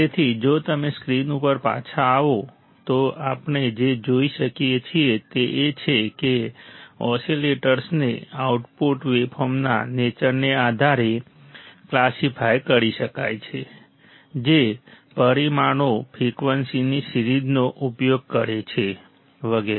તેથી જો તમે સ્ક્રીન ઉપર પાછા આવો તો આપણે જે જોઈ શકીએ છીએ તે એ છે કે ઓસિલેટર્સને આઉટપુટ વેવફોર્મના નેચરને આધારે ક્લાસિફાય કરી શકાય છે જે પરિમાણો ફ્રિકવન્સીની સિરીઝનો ઉપયોગ કરે છે વગેરે